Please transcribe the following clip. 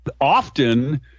often